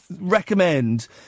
recommend